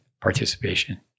participation